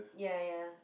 ya ya